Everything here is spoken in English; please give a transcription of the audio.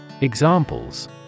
Examples